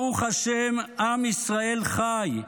ברוך השם, עם ישראל חי,